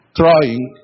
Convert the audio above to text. trying